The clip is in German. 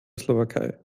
slowakei